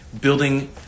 building